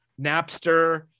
napster